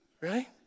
right